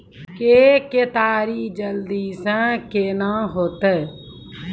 के केताड़ी जल्दी से के ना होते?